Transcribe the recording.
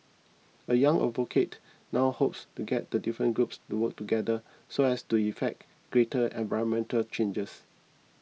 a young advocate now hopes to get the different groups to work together so as to effect greater environmental changes